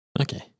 Okay